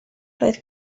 roedd